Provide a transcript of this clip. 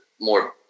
more